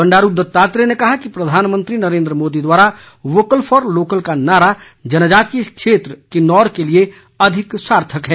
बंडारू दत्तात्रेय ने कहा कि प्रधानमंत्री नरेन्द्र मोदी द्वारा वोकल फॉर लोकल का नारा जनजातीय क्षेत्र किन्नौर के लिए अधिक सार्थक है